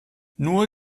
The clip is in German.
nur